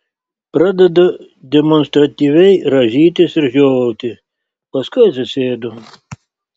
pradedu demonstratyviai rąžytis ir žiovauti paskui atsisėdu